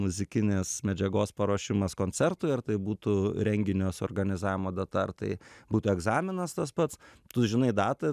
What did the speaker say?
muzikinės medžiagos paruošimas koncertui ar tai būtų renginio suorganizavimo data ar tai būtų egzaminas tas pats tu žinai datą